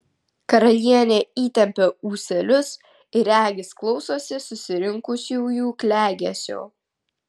karalienė įtempia ūselius ir regis klausosi susirinkusiųjų klegesio